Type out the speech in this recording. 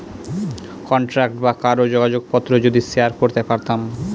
contact বা কারোর যোগাযোগ পত্র যদি শেয়ার করতে পারতাম